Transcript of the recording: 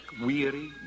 weary